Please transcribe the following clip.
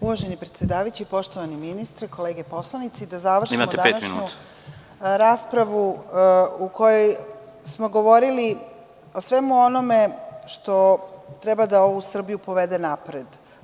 Uvaženi predsedavajući, poštovani ministre, kolege poslanici, da završimo današnju raspravu u kojoj smo govorili o svemu onome što treba da ovu Srbiju povede napred.